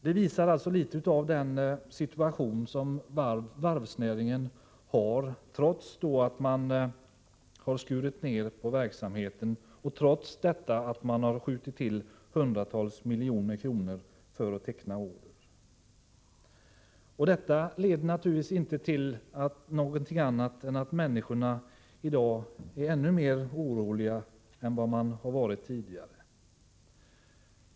Det visar litet grand av hur situationen är för varvsnäringen, trots att man har skurit ned verksamheten och trots att staten har skjutit till hundratals miljoner kronor för att teckna order. Detta leder naturligtvis inte till någonting annat än att människorna i dag är ännu mer oroliga än de varit tidigare.